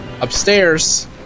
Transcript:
upstairs